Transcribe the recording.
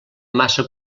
massa